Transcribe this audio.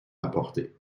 apporté